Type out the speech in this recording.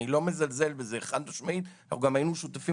אני לא מזלזל בזה חד משמעית וגם היינו שותפים